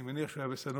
אני מניח שהוא היה בסנור,